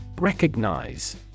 Recognize